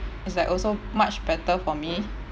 is like also much better for me